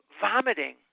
vomiting